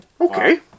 okay